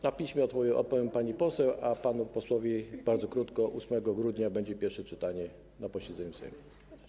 Na piśmie odpowiem pani poseł, a panu posłowi bardzo krótko: 8 grudnia będzie pierwsze czytanie na posiedzeniu Sejmu.